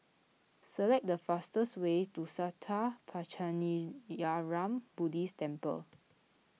select the fastest way to Sattha Puchaniyaram Buddhist Temple